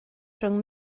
rhwng